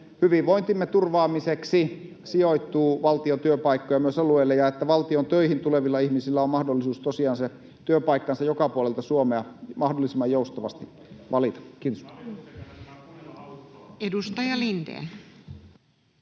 Mikä on hallituksen linja?] sijoittuu valtion työpaikkoja myös alueille ja että valtion töihin tulevilla ihmisillä on mahdollisuus tosiaan se työpaikkansa joka puolelta Suomea mahdollisimman joustavasti valita. — Kiitos. [Mikko